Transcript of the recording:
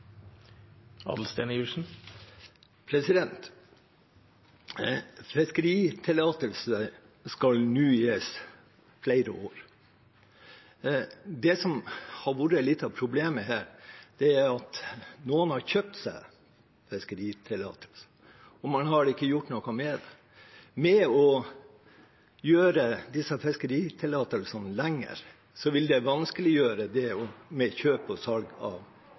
Fiskeritillatelse skal nå gis for flere år. Det som har vært litt av problemet her, er at noen har kjøpt seg fiskeritillatelse, og man har ikke gjort noe med det. Å gjøre disse fiskeritillatelsene lengre vil vanskeliggjøre kjøp og salg av fiskeritillatelser. Vil statsråden sørge for at kjøp og salg av